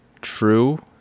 true